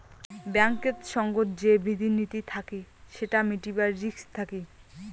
ব্যাঙ্কেত সঙ্গত যে বিধি নীতি থাকি সেটা মিটাবার রিস্ক থাকি